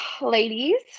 ladies